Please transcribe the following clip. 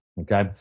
Okay